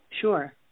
Sure